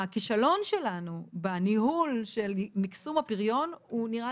הכישלון שלנו בניהול של מיקסום הפריון הוא נראה